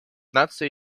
наций